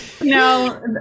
No